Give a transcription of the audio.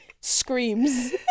screams